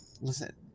Listen